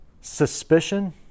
Suspicion